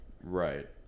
Right